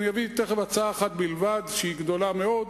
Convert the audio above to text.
אביא תיכף הצעה אחת בלבד, שהיא גדולה מאוד,